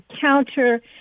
counter